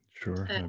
Sure